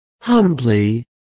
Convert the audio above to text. Humbly